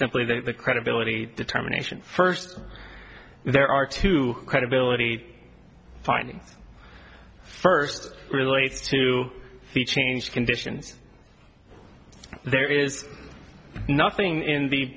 simply the credibility determination first there are two credibility finding first relates to see change conditions there is nothing in the